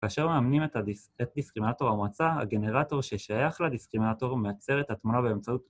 ‫כאשר מאמנים את דיסקרימנטור המועצה, ‫הגנרטור ששייך לדיסקרימנטור ‫מייצר את התמונה באמצעות...